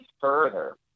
further